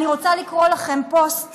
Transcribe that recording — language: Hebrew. אני רוצה לקרוא לכם פוסט